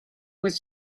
with